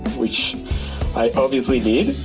which i obviously need.